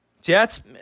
Jets